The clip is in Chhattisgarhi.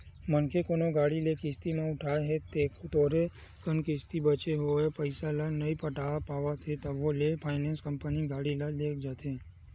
मनखे कोनो गाड़ी ल किस्ती म उठाय हे थोरे कन किस्ती बचें ओहा पइसा ल नइ पटा पावत हे तभो ले फायनेंस कंपनी गाड़ी ल लेग जाथे